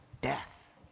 death